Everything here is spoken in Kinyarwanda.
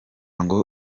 ngo